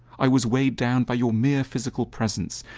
i was weighed down by your mere physical presence,